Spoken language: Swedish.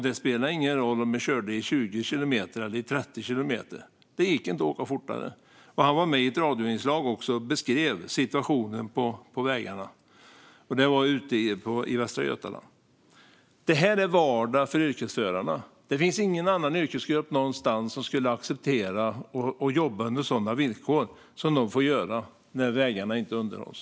Det spelade ingen roll om man körde i 20 eller 30 kilometer i timmen - det gick inte att åka fortare. Han var också med i ett radioinslag och beskrev situationen på vägarna i Västra Götaland. Detta är vardag för yrkesförarna. Det finns ingen annan yrkesgrupp någonstans som skulle acceptera att jobba under sådana villkor som yrkesförarna får jobba under när vägarna inte underhålls.